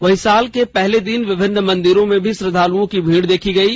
वहीं साल के पहले दिन विभिन्न मंदिरों में भी श्रद्वालुओं की भीड़ देखी गयी